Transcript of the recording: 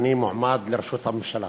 ואני מועמד לראשות הממשלה,